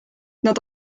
nad